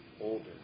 older